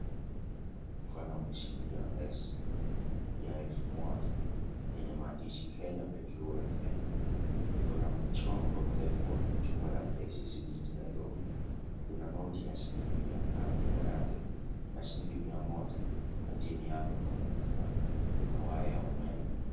Mkono umeshikilia pesa ya elfu moja yenye maandishi Kenya benki kuu la Kenya, iko na mchongo mrefu wa jumba la KICC jijini Nairobi, kuna noti ya shilingi mia tano ya shilingi mia moja na chini yake kunaonekana kuna waya ya umeme.